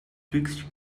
twixt